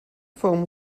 foam